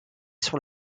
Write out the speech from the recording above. sur